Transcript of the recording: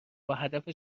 باهدف